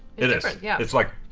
it is, yeah it's like.